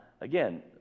again